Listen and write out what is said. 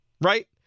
Right